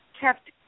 kept